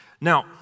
Now